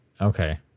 Okay